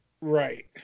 right